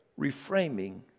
reframing